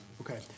Okay